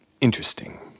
interesting